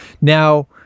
Now